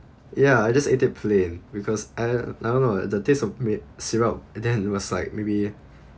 ya I just ate it plain because I don't know the taste of me~ syrup then it was like maybe